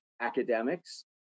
academics